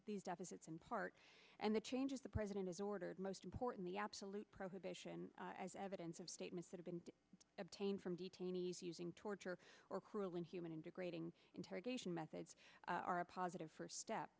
these deficits and part and the changes the president has ordered most important the absolute prohibition as evidence of statements that have been obtained from detainees using torture or cruel inhuman and degrading interrogation methods are a positive first step